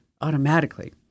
automatically